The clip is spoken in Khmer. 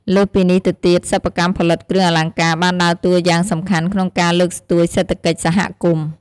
លើសពីនេះទៅទៀតសិប្បកម្មផលិតគ្រឿងអលង្ការបានដើរតួរយ៉ាងសំខាន់ក្នុងការលើកស្ទួយសេដ្ធកិច្ចសហគមន៏។